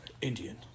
indian